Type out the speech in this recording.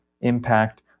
impact